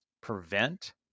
prevent